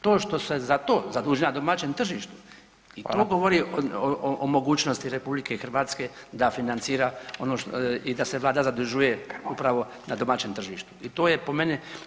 To što se za to zadužila na domaćem tržištu i to govori o mogućnosti RH da financira ono i da se vlada zadužuje upravo na domaćem tržištu i to je po meni [[Upadica: Fala lijepa]] dodatan.